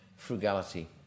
frugality